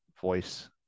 voice